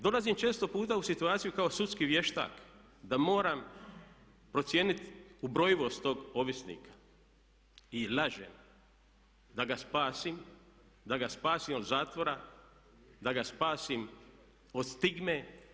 Dolazim često puta u situaciju kao sudski vještak da moram procijeniti ubrojivost tog ovisnika i laže da ga spasim, da ga spasim od zatvora, da ga spasim od stigme.